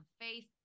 faith